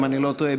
אם אני לא טועה,